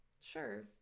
Sure